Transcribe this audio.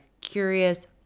curious